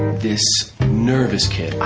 this nervous kid, i